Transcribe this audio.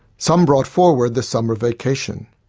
some brought forward the summer vacation.